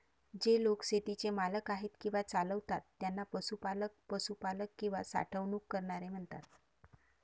जे लोक शेतीचे मालक आहेत किंवा चालवतात त्यांना पशुपालक, पशुपालक किंवा साठवणूक करणारे म्हणतात